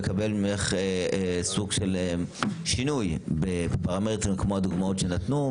לקבל ממך סוג של שינוי בפרמטרים כמו הדוגמאות שנתנו,